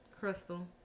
crystal